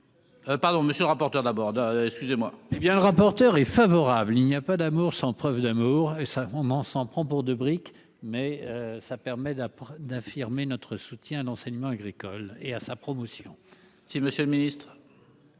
Pardon, monsieur le rapporteur de Laborde excusez-moi hé bien le rapporteur est favorable, il n'y a pas d'amour sans. Preuve d'amour et ça vraiment s'en prend pour de briques, mais ça permet d'apprendre, d'affirmer notre soutien d'enseignement agricole et à sa promotion si Monsieur le Ministre.